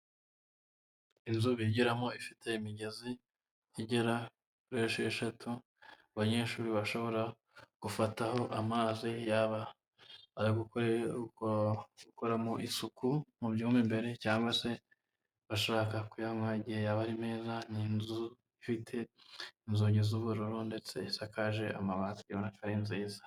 Inzu bigiramo ifite imigezi igera kuri esheshatu, abanyeshuri bashobora gufataho amazi yaba ayo gukoramo isuku mu byumba imbere, cyangwa se bashaka kuyanywa, igihe yaba ari meza, ni inzu ifite inzugi z'ubururu ndetse isakaje amabati ubona ko ari nziza.